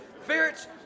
ferrets